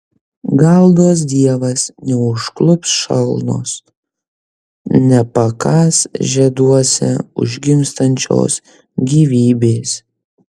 gal duos dievas neužklups šalnos nepakąs žieduose užgimstančios gyvybės